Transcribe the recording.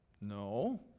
No